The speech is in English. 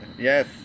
Yes